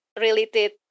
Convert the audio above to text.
related